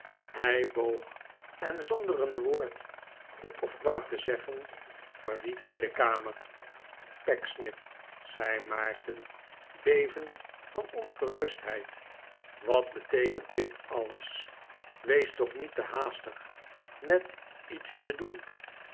hij boog en zonder een woord goed of kwaad te zeggen verliet hij de kamer pecksniff zei maarten bevend van ongerustheid wat beteekent dit alles wees toch niet te haastig met iets te doen